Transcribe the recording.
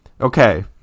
okay